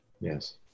Yes